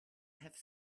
have